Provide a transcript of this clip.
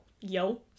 Yo